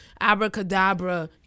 abracadabra